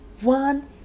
one